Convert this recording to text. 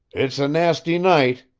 it's a nasty night,